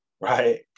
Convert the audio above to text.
right